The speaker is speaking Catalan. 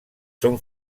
són